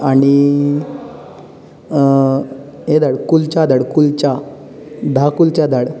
आनी हें धाड कुलछा धाड कुलछा धा कुलछा धाड